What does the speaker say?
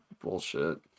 bullshit